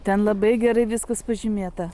ten labai gerai viskas pažymėta